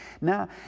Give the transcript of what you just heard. Now